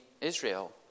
Israel